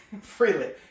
Freely